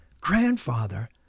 grandfather